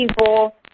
people